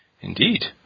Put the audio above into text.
Indeed